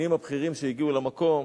לקצינים הבכירים שהגיעו למקום